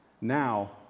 Now